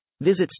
Visit